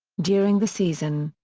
during the season,